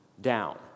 down